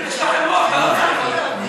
אם אתה לא בפנים אתה לא מצביע?